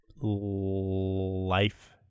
life